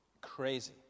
crazy